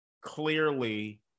clearly